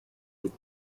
with